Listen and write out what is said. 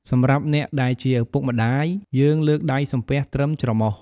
សម្រាប់អ្នកដែលជាឪពុកម្តាយ យើងលើកដៃសំពះត្រឹមច្រមុះ។